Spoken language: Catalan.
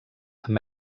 amb